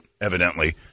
evidently